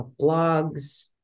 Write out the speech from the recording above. blogs